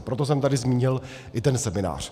Proto jsem tady zmínil i ten seminář.